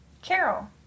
Carol